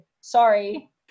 Sorry